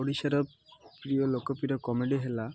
ଓଡ଼ିଶାର ପ୍ରିୟ ଲୋକପ୍ରିୟ କମେଡ଼ି ହେଲା